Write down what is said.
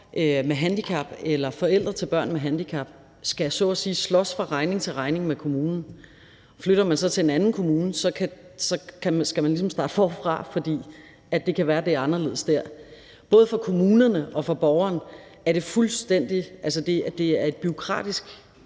eller forældre til børn med handicap skal så at sige slås fra regning til regning med kommunen. Flytter man så til en anden kommune, skal man ligesom starte forfra, fordi det kan være, at det er anderledes der. Både for kommunerne og for borgerne er det et bureaukratisk